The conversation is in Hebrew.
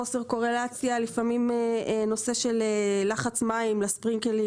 לפעמים יש חוסר קורלציה בנושא של לחץ המים בספרינקלרים: